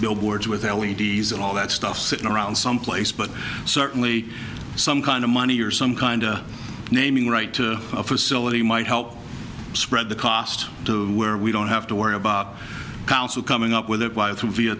billboards with l e d s and all that stuff sitting around someplace but certainly some kind of money or some kind of naming right to a facility might help spread the cost to where we don't have to worry about council coming up with